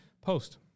Post